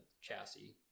chassis